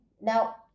now